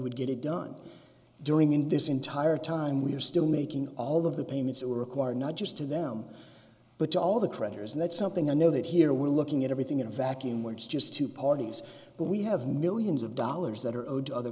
would get it done during in this entire time we are still making all of the payments it will require not just to them but to all the creditors and that's something i know that here we're looking at everything in a vacuum where it's just two parties but we have millions of dollars that are owed to other